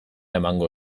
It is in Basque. emango